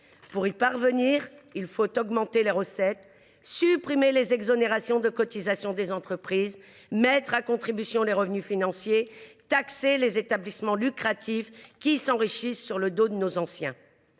Pour y parvenir, il faut augmenter les recettes et, pour cela, supprimer les exonérations de cotisations des entreprises, mettre à contribution les revenus financiers et taxer les établissements lucratifs qui s’enrichissent sur le dos de nos anciens.